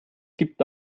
gibt